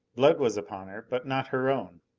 blood was upon her. but not her own.